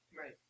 Right